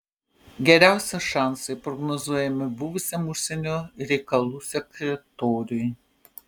geriausi šansai prognozuojami buvusiam užsienio reikalų sekretoriui